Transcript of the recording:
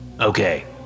Okay